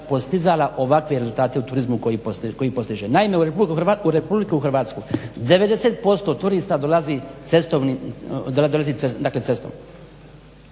postizala ovakve rezultate u turizmu koje postiže. Naime, u Republiku Hrvatsku 90% turista dolazi cestom